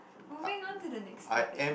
moving on to the next topic